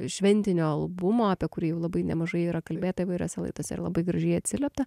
šventinio albumo apie kurį jau labai nemažai yra kalbėta įvairiose laidose ir labai gražiai atsiliepta